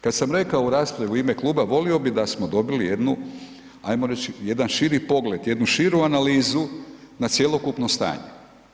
Kada sam rekao u raspravi, u ime kluba, volio bi da smo dobili, jednu, ajmo reći, jedan širi pogled, jednu širu analizu, na cjelokupno stanje.